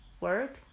work